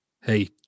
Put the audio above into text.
Hey